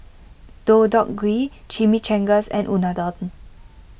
Deodeok Gui Chimichangas and Unadon